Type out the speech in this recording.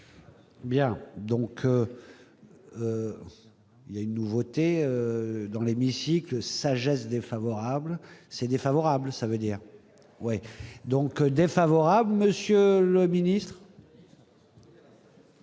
Bien, donc il y a une nouveauté dans l'hémicycle sagesse défavorable, c'est défavorable, ça veut dire oui donc défavorable, Monsieur le Ministre.